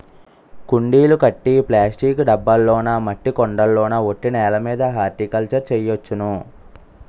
కుండీలు కట్టి ప్లాస్టిక్ డబ్బాల్లోనా మట్టి కొండల్లోన ఒట్టి నేలమీద హార్టికల్చర్ ను చెయ్యొచ్చును